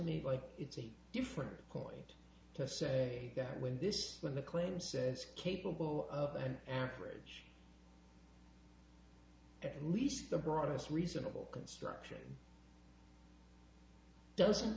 me like it's a different point to say that when this when the claim says capable of an average at least the broadest reasonable construction doesn't